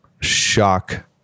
Shock